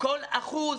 כל אחוז